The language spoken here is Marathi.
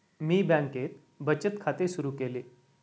मी बँकेत बचत खाते सुरु केले